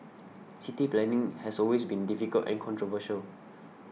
city planning has always been difficult and controversial